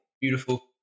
Beautiful